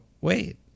Wait